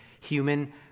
human